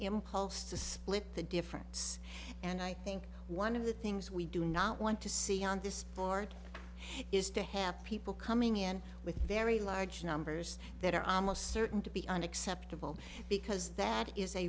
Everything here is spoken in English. impulse to split the difference and i think one of the things we do not want to see on this for is to have people coming in with very large numbers that are on a certain to be unacceptable because that is a